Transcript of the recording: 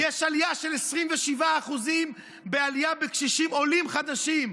יש עלייה של 27% בקשישים שהם עולים חדשים.